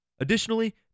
Additionally